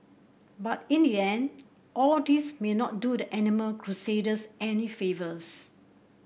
but in the end all this may not do the animal crusaders any favours